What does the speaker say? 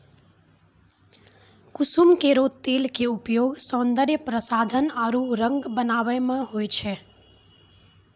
कुसुम केरो तेलो क उपयोग सौंदर्य प्रसाधन आरु रंग बनावै म होय छै